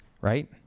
right